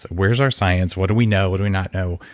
where's our science? what do we know? what do we not know?